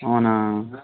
అవునా